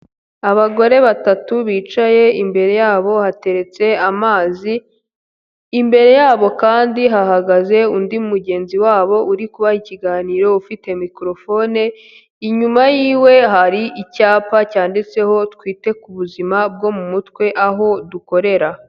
Ibagore batatu bicaye, imbere yabo hateretse amazi, imbere yabo kandi hahagaze undi mugenzi wabo uri kubaha ikiganiro, ufite mikorofone, inyuma y'iwe hari icyapa cyanditseho: "Twite ku buzima bwo mu mutwe, aho dukorera".